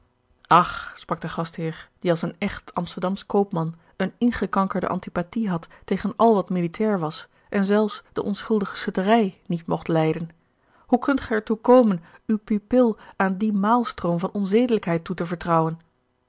ach sprak de gastheer die als een echt amsterdamsch koopman eene ingekankerde antipathie had tegen al wat militair was en zelfs de onschuldige schutterij niet mogt lijden hoe kunt gij er toe komen uw pupil aan dien maalstroom van onzedelijkheid toe te vertrouwen